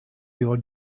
your